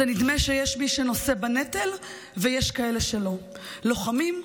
זה נדמה שיש מי שנושא בנטל ויש כאלה שלא לוחמים,